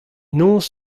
noz